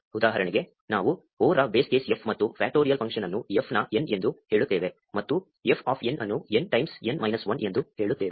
ಉದಾಹರಣೆಗೆ ನಾವು 0 ರ ಬೇಸ್ ಕೇಸ್ f ಮತ್ತು ಫ್ಯಾಕ್ಟರಿಯಲ್ ಫಂಕ್ಷನ್ ಅನ್ನು f ನ n ಎಂದು ಹೇಳುತ್ತೇವೆ ಮತ್ತು f ಆಫ್ n ಅನ್ನು n ಟೈಮಸ್ n ಮೈನಸ್ 1 ಎಂದು ಹೇಳುತ್ತೇವೆ